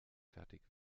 fertig